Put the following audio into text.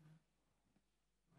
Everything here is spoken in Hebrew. אני